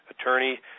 Attorney